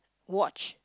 watch